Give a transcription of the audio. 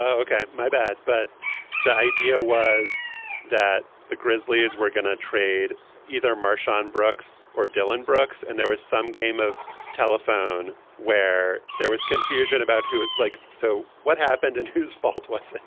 ok, my bad. but the idea was that the grizzlies were going to trade either marshawn brooks or dillon brooks. and there was some game of telephone where there was confusion about who like. so what happened and whose fault was it?